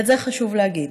ואת זה חשוב להגיד.